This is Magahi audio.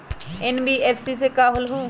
एन.बी.एफ.सी का होलहु?